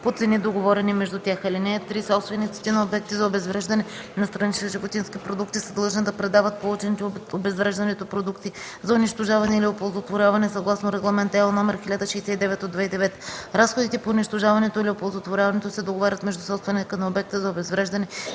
по цени, договорени между тях. (3) Собствениците на обекти за обезвреждане на странични животински продукти са длъжни да предават получените от обезвреждането продукти за унищожаване или оползотворяване съгласно Регламент (ЕО) № 1069/2009. Разходите по унищожаването или оползотворяването се договарят между собственика на обекта за обезвреждане